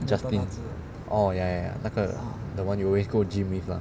justin oh ya ya ya 那个 the [one] you always go gym with lah